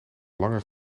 langer